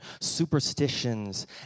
superstitions